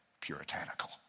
puritanical